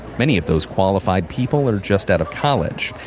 many of those qualified people are just out of college.